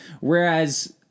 Whereas